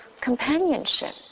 companionship